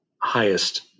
highest